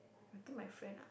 I think my friend ah